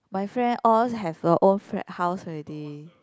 my friend all have their own flat house already